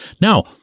Now